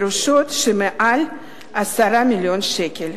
ירושות שמעל 10 מיליון שקלים.